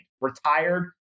retired